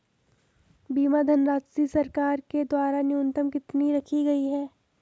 बीमा धनराशि सरकार के द्वारा न्यूनतम कितनी रखी गई है?